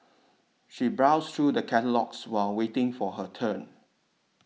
she browsed through the catalogues while waiting for her turn